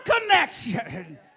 connection